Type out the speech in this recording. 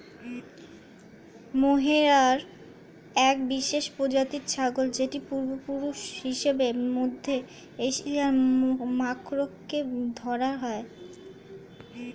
mohair এক বিশেষ প্রজাতির ছাগল যেটির পূর্বপুরুষ হিসেবে মধ্য এশিয়ার মাখরকে ধরা হয়